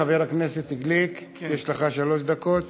בבקשה, חבר הכנסת גליק, יש לך שלוש דקות.